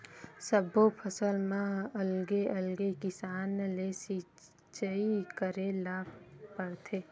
सब्बो फसल म अलगे अलगे किसम ले सिचई करे ल परथे